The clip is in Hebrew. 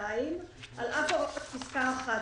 "(2)על אף הוראות פסקה (1),